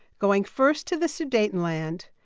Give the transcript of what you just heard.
going first to the sudetenland,